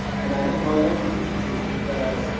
and i think all young people should see this because